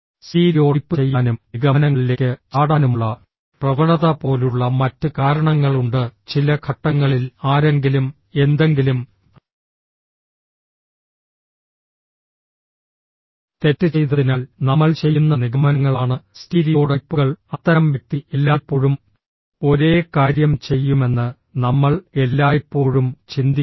stereotype ചെയ്യാനും നിഗമനങ്ങളിലേക്ക് ചാടാനുമുള്ള പ്രവണത പോലുള്ള മറ്റ് കാരണങ്ങളുണ്ട് ചില ഘട്ടങ്ങളിൽ ആരെങ്കിലും എന്തെങ്കിലും തെറ്റ് ചെയ്തതിനാൽ നമ്മൾ ചെയ്യുന്ന നിഗമനങ്ങളാണ് സ്റ്റീരിയോടൈപ്പുകൾ അത്തരം വ്യക്തി എല്ലായ്പ്പോഴും ഒരേ കാര്യം ചെയ്യുമെന്ന് നമ്മൾ എല്ലായ്പ്പോഴും ചിന്തിക്കും